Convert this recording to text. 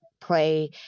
play